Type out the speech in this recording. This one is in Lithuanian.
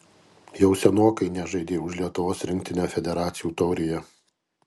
jau senokai nežaidei už lietuvos rinktinę federacijų taurėje